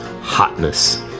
hotness